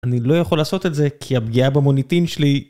אני לא יכול לעשות את זה כי הפגיעה במוניטין שלי...